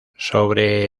sobre